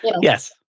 yes